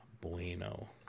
bueno